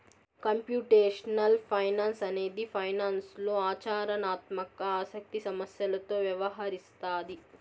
computational finance అనేది ఫైనాన్స్లో ఆచరణాత్మక ఆసక్తి సమస్యలతో వ్యవహరిస్తాది